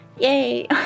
yay